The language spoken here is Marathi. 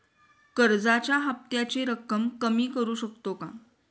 कर्जाच्या हफ्त्याची रक्कम कमी करू शकतो का?